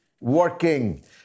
working